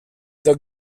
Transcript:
the